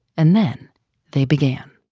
and then they began